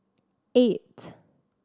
eight